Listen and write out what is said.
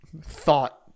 thought